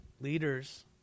leaders